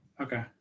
Okay